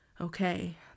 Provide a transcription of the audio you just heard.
okay